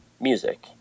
music